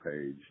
page